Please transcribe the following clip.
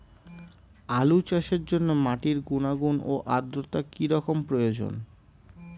আলু চাষের জন্য মাটির গুণাগুণ ও আদ্রতা কী রকম প্রয়োজন?